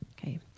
Okay